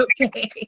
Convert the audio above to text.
okay